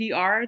PR